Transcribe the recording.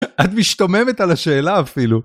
את משתוממת על השאלה אפילו.